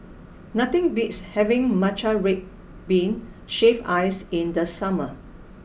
nothing beats having Matcha red bean shaved ice in the summer